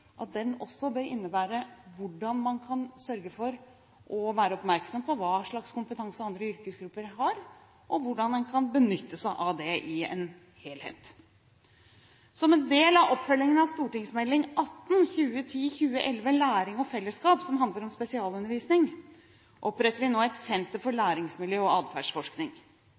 at den også bør innebære hvordan man kan sørge for å være oppmerksom på hva slags kompetanse andre yrkesgrupper har, og hvordan en kan benytte seg av det i en helhet. Som en del av oppfølgingen av Meld. St. 18 for 2010– 2011, Læring og fellesskap, som handler om spesialundervisning, oppretter vi nå et senter for læringsmiljø og atferdsforskning.